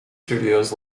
studios